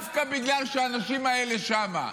דווקא בגלל שהאנשים האלה שם.